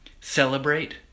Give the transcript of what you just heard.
Celebrate